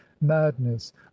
madness